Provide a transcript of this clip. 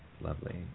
Lovely